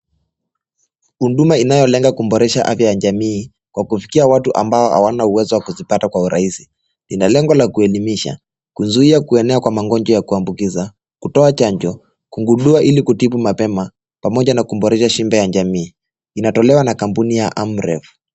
Huduma inayolenga kuboresha afya ya jamii kwa kifikia watu ambao hawana uwezo wa kuzipata kwa rahisi .Ina lengo la kuelimisha, kuzuia kuenea kwa magonjwa ya kuambukiza, kutoa chanjo, kugundua ili kutibu mapema pamoja na kuboresha shibe ya jamii. Inatolewa na kampuni ya Amref.